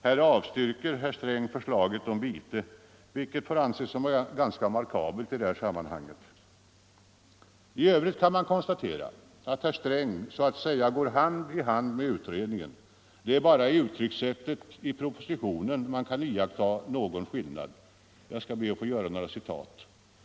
Där avstyrker herr Sträng förslaget om vite, vilket får anses som ganska remarkabelt i detta sammanhang. I övrigt kan man konstatera att herr Sträng så att säga går hand i hand med utredningen — det är bara i uttryckssättet i propositionen man kan iakttaga någon skillnad. Jag skall be att få göra några citat ur utskottsbetänkandet.